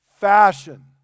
fashion